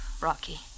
Rocky